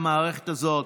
הזאת.